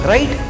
Right